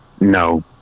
No